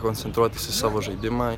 koncentruotis į savo žaidimą